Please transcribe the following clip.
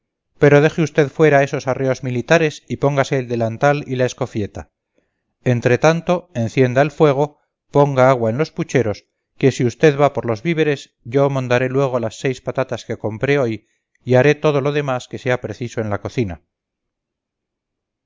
pero deje usted fuera esos arreos militares y póngase el delantal y la escofieta entre tanto encienda el fuego ponga agua en los pucheros que si usted va por los víveres yo mondaré luego las seis patatas que compré hoy y haré todo lo demás que sea preciso en la cocina